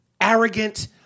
arrogant